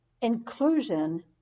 Inclusion